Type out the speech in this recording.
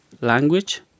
language